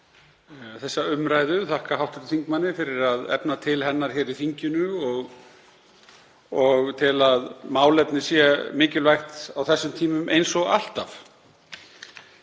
þessa umræðu, þakka hv. þingmanni fyrir að efna til hennar í þinginu og tel að málefnið sé mikilvægt á þessum tímum eins og alltaf.